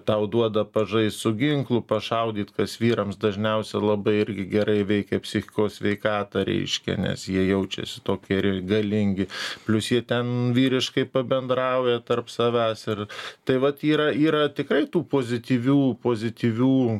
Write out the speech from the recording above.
tau duoda pažaist su ginklu pašaudyt kas vyrams dažniausia labai irgi gerai veikia psichikos sveikatą reiškia nes jie jaučiasi tokie galingi plius jie ten vyriškai pabendrauja tarp savęs ir tai vat yra yra tikrai tų pozityvių pozityvių